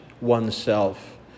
oneself